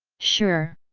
sure.